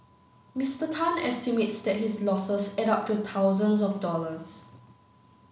Mister Tan estimates that his losses add up to thousands of dollars